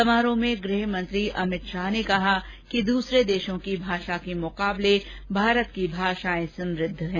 समारोह में गृह मंत्री अमित शाह ने कहा कि दूसरे देर्शो की भाषा के मुकाबले में भारत की भाषाएं समृद्व है